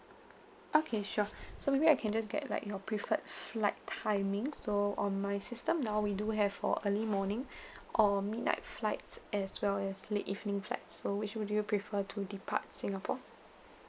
okay sure so maybe I can just get like your preferred flight timing so on my system now we do have for early morning or midnight flights as well as late evening flights so which [one] do you prefer to depart singapore